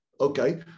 Okay